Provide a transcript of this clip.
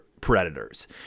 predators